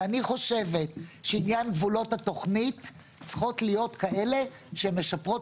ואני חושבת שעניין גבולות התכנית צריכות להיות כאלה שהן משפרות